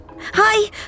Hi